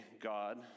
God